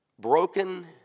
Broken